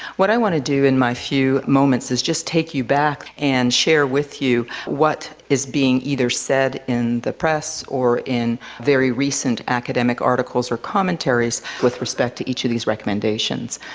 what i want to do in my few moments is just take you back and share with you what is being either said in the press or in very recent academic articles or commentaries with respect to each of these recommendations.